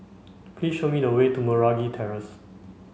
please show me the way to Meragi Terrace